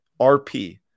RP